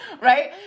right